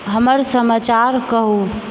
हमर समाचार कहू